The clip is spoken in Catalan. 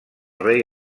rei